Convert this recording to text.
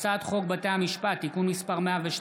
הצעת חוק בתי המשפט (תיקון מס' 102)